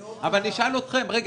רגע,